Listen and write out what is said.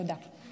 תודה.